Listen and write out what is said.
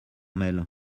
mail